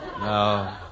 No